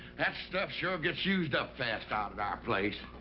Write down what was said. that stuff sure gets used up fast out at our place.